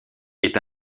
est